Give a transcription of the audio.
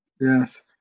Yes